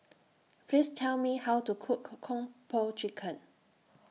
Please Tell Me How to Cook Kung Po Chicken